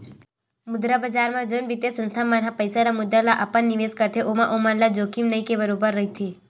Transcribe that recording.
मुद्रा बजार म जउन बित्तीय संस्था मन ह पइसा ल मुद्रा ल अपन निवेस करथे ओमा ओमन ल जोखिम नइ के बरोबर रहिथे